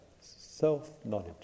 self-knowledge